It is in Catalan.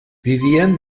vivien